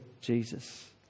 Jesus